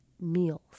meals